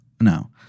no